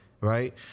Right